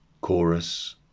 chorus